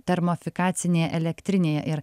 termofikacinėje elektrinėje ir